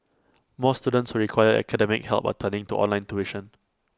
more students require academic help are turning to online tuition